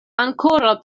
ankoraŭ